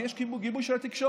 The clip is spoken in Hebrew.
כי יש כאילו גיבוי של התקשורת.